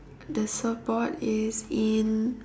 the support is in